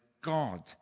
God